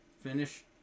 finish